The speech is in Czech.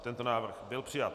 Tento návrh byl přijat.